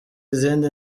izindi